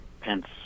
Pence